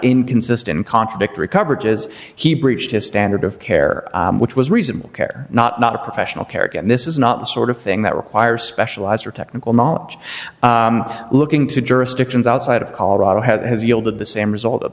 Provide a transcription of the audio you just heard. inconsistent contradictory coverages he breached his standard of care which was reasonable care not not a professional carrick and this is not the sort of thing that require specialized or technical knowledge looking to jurisdictions outside of colorado has yielded the same result